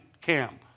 camp